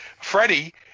Freddie